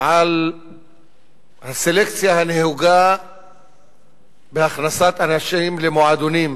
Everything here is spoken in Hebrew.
על הסלקציה הנהוגה בהכנסת אנשים למועדונים,